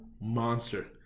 monster